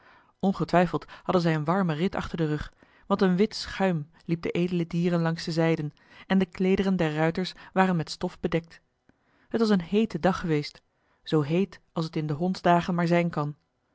ongetwijfeld hadden zij een warmen rit achter den rug want een wit schuim liep den edelen dieren langs de zijden en de kleederen der ruiters waren met stof bedekt het was een heete dag geweest zoo heet als het in de hondsdagen maar zijn kan